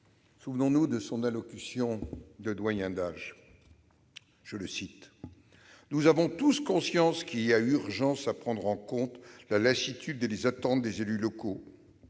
Souvenons-nous de son allocution de président d'âge en 2017 :« nous avons tous conscience qu'il y a urgence à prendre en compte la lassitude et les attentes des élus locaux,